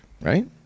right